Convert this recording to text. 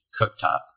cooktop